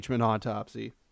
autopsy